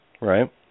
Right